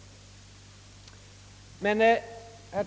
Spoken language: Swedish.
Herr talman!